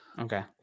Okay